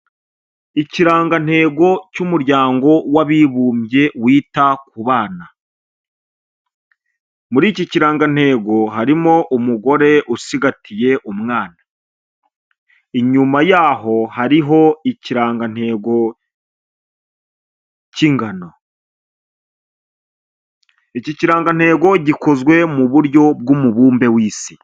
Ikirangantego cy'umuryango w'abibumbye wita kubana, muri iki kirangantego harimo umugore usigatiye umwana, inyuma y'aho ikirangantego cy'ingano, iki kirangantego gikozwe mu buryo bw'umubumbe w'isi.